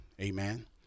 amen